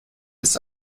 ist